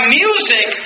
music